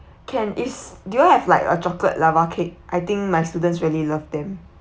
can is do you all have like uh chocolate lava cake I think my students really loved them